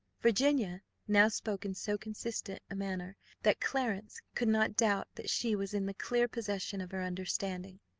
virginia now spoke in so consistent a manner that clarence could not doubt that she was in the clear possession of her understanding.